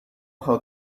how